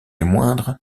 moindre